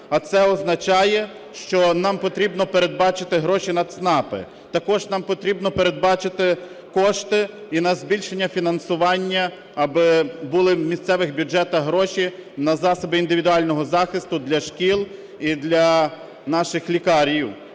а це означає, що нам потрібно передбачити гроші на ЦНАПи. Також нам потрібно передбачити кошти і на збільшення фінансування, аби були в місцевих бюджетах гроші на засоби індивідуального захисту для шкіл і для наших лікарів.